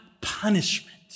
punishment